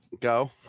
Go